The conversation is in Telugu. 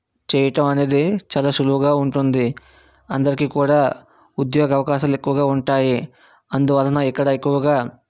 చేయటం అనేది చాలా సులువుగా ఉంటుంది అందరికీ కూడా ఉద్యోగ అవకాశాలు ఎక్కువగా ఉంటాయి అందువలన ఇక్కడ ఎక్కువగా